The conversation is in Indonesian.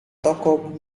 toko